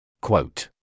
Quote